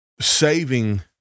saving